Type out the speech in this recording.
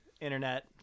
internet